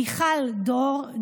מיכל דור,